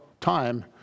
time